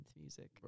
music